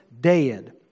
dead